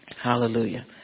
hallelujah